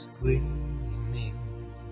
gleaming